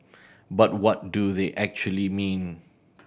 but what do they actually mean